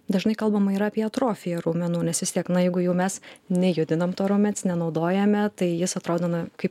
dažnai kalbama yra apie atrofija raumenų nes vis tiek na jeigu jau mes nejudinam to raumens nenaudojame tai jis atrodona kaip